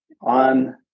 on